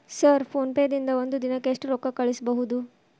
Sir PhonePe ದಿಂದ ಒಂದು ದಿನಕ್ಕೆ ಎಷ್ಟು ರೊಕ್ಕಾ ಕಳಿಸಬಹುದು?